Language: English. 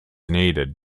needed